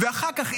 ואחר כך,